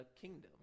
kingdom